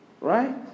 Right